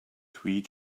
three